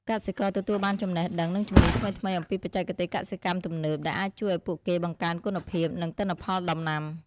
កសិករទទួលបានចំណេះដឹង និងជំនាញថ្មីៗអំពីបច្ចេកទេសកសិកម្មទំនើប ដែលអាចជួយឱ្យពួកគេបង្កើនគុណភាព និងទិន្នផលដំណាំ។